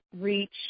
reach